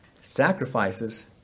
sacrifices